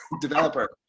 developer